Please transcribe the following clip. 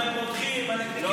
אלקטרונית.